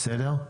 בסדר?